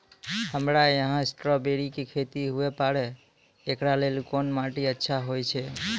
हमरा यहाँ स्ट्राबेरी के खेती हुए पारे, इकरा लेली कोन माटी अच्छा होय छै?